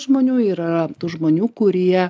žmonių ir yra tų žmonių kurie